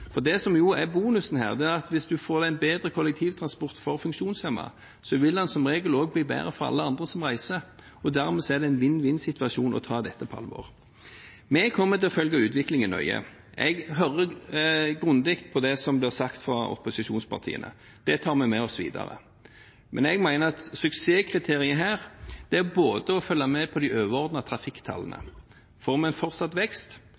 Det som er bonusen her, er at hvis en får en bedre kollektivtransport for funksjonshemmede, vil den som regel også bli bedre for alle andre som reiser. Dermed er det en vinn-vinn-situasjon å ta dette på alvor. Vi kommer til å følge utviklingen nøye. Jeg hører grundig på det som blir sagt fra opposisjonspartiene. Det tar vi med oss videre. Men jeg mener at et suksesskriterium her er å følge med på de overordnede trafikktallene – om vi får en fortsatt vekst